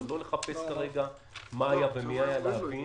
לא לחפש כרגע מה היה ומי לא היה בפנים.